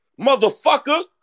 motherfucker